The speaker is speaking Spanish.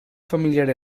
familiar